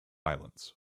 islands